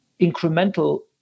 incremental